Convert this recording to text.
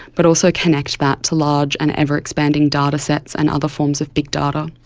but also connect that to large and ever expanding datasets and other forms of big data.